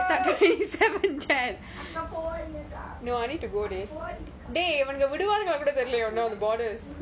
அக்கா போவாதீங்காக அக்கா போவாதீங்காக அக்கா போவந்திங்க:akka povaathingaka akka povaathingaka akka povanthinga